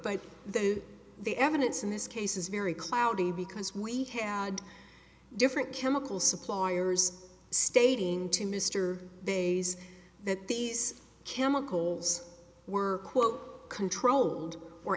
but then the evidence in this case is very cloudy because we had different chemical suppliers stating to mr days that these chemicals were quote controlled or